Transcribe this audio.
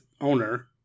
owner